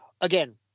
again